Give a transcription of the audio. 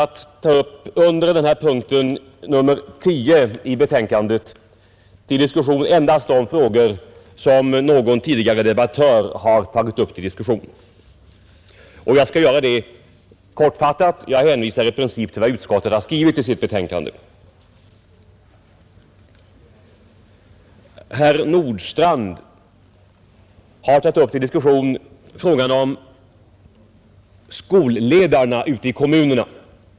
Jag kommer att under denna punkt, punkt nr 10 i betänkandet, ta upp till diskussion endast de frågor som någon tidigare debattör har tagit upp till diskussion. Och jag skall göra det kortfattat — jag hänvisar i princip till vad utskottet har skrivit i sitt betänkande. Herr Nordstrandh har tagit upp till diskussion frågan om skolledarna ute i kommunerna.